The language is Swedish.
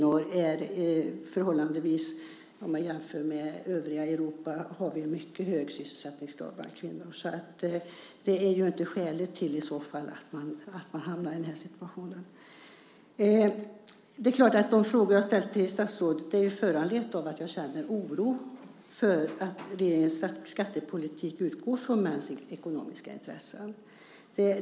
Om vi jämför med övriga Europa har Sverige en mycket hög sysselsättningsgrad bland kvinnor. Så detta är inte skälet till att man hamnar i denna situation. De frågor som jag har ställt till statsrådet är föranledda av att jag känner en oro för att regeringens skattepolitik utgår från mäns ekonomiska intressen.